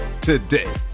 today